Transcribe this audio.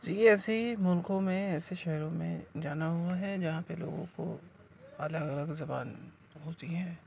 جی ایسے ہی ملکوں میں ایسے شہروں میں جانا ہوا ہے جہاں پہ لوگوں کو الگ الگ زبان ہوتی ہیں